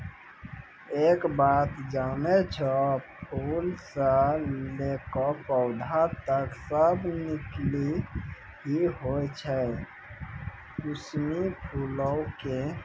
एक बात जानै छौ, फूल स लैकॅ पौधा तक सब नुकीला हीं होय छै कुसमी फूलो के